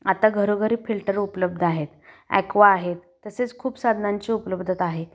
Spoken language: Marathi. आता घरोघरी फिल्टर उपलब्ध आहेत ॲक्वा आहेत तसेच खूप साधनांची उपलब्धता आहे